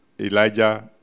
Elijah